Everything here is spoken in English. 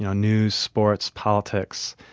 and news, sports, politics,